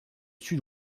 sud